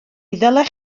ddylech